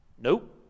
Nope